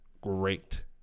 great